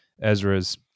Ezra's